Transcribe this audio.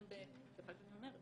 סליחה שאני אומרת,